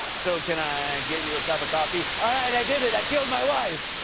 so, can i get you a cup of coffee? all right, i did it i killed my wife!